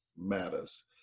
matters